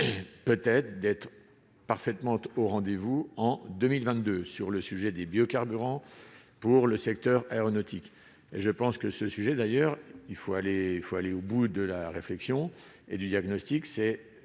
peut-être d'être parfaitement au rendez-vous en 2022 sur le sujet des biocarburants pour le secteur aéronautique et je pense que ce sujet d'ailleurs, il faut aller faut aller au bout de la réflexion et du diagnostic, c'est